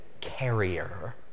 carrier